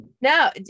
no